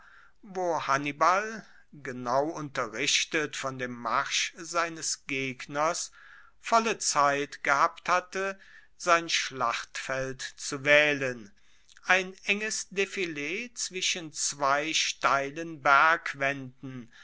wo hannibal genau unterrichtet von dem marsch seines gegners volle zeit gehabt hatte sein schlachtfeld zu waehlen ein enges defilee zwischen zwei steilen